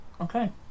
Okay